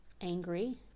angry